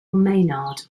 maynard